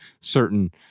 certain